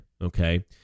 okay